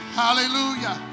hallelujah